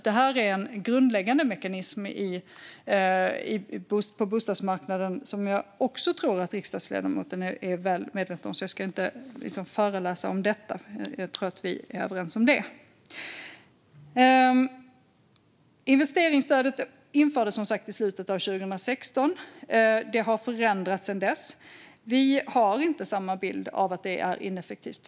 Det här är en grundläggande mekanism på bostadsmarknaden, och jag tror att riksdagsledamoten också är väl medveten om detta så jag ska inte föreläsa om det. Jag tror att vi är överens om det här. Investeringsstödet infördes som sagt i slutet av 2016. Det har förändrats sedan dess. Vi har inte samma bild av att det är ineffektivt.